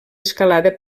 escalada